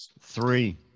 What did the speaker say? Three